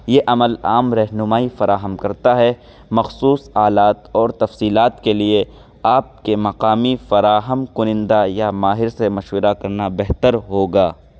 یہ عمل عام رہنمائی فراہم کرتا ہے مخصوص آلات اور تفصیلات کے لیے آپ کے مقامی فراہم کنندہ یا ماہر سے مشورہ کرنا بہتر ہوگا